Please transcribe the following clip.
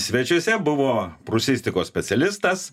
svečiuose buvo prūsistikos specialistas